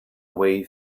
way